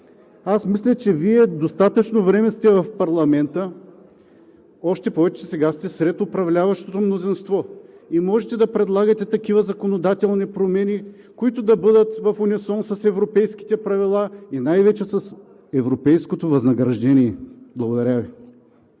аз мисля, че Вие достатъчно време сте в парламента, още повече сега сте сред управляващото мнозинство и можете да предлагате такива законодателни промени, които да бъдат в унисон с европейските правила и най-вече с европейското възнаграждение. Благодаря Ви.